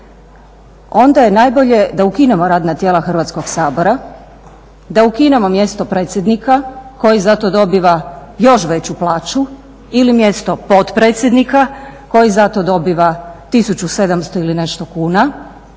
Onda je najbolje da ukinemo radna tijela Hrvatskoga sabora, da ukinemo mjesto predsjednika koji za to dobiva još veću plaću ili mjesto potpredsjednika koji za to dobiva 1700 ili nešto kuna